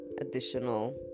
additional